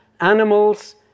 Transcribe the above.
animals